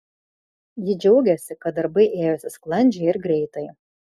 ji džiaugiasi kad darbai ėjosi sklandžiai ir greitai